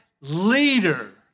leader